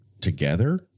together